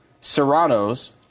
serranos